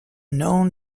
known